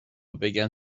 بگن